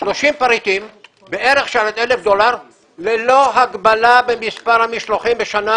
30 פריטים בערך של עד 1,000 דולר ללא הגבלה במספר המשלוחים בשנה.